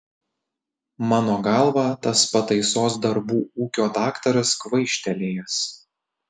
mano galva tas pataisos darbų ūkio daktaras kvaištelėjęs